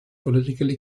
politically